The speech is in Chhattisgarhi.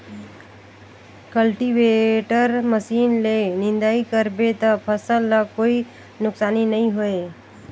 कल्टीवेटर मसीन ले निंदई कर बे त फसल ल कोई नुकसानी नई होये